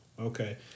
Okay